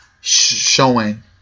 showing